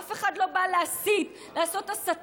אף אחד לא בא להסית, לעשות הסתה.